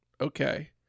okay